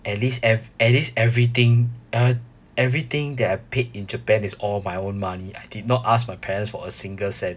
at least ev~ at least everything e~ everything that I paid in japan is all my own money I did not ask my parents for a single cent